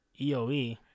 EOE